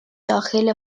داخل